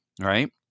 right